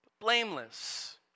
blameless